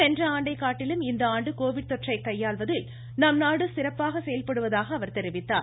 சென்ற ஆண்டைக்காட்டிலும் இந்த ஆண்டு கோவிட் தொற்றை கையாள்வதில் நம்நாடு சிறப்பாக செயல்படுவதாக அவர் தெரிவித்தார்